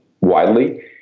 widely